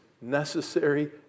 Necessary